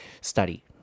study